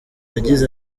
yagize